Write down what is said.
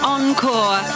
Encore